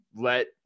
let